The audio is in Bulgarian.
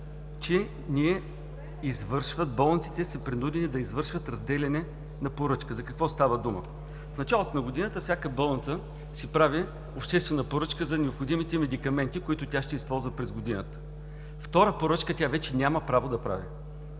сега е, че болниците са принудени да извършват разделяне на поръчка. За какво става дума? В началото на годината всяка болница си прави обществена поръчка за необходимите медикаменти, които тя ще използва през годината. Втора поръчка тя вече няма право да прави,